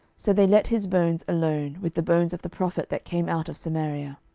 so they let his bones alone, with the bones of the prophet that came out of samaria.